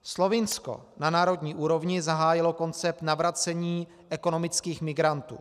Slovinsko na národní úrovni zahájilo koncept navracení ekonomických migrantů.